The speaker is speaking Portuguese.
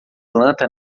planta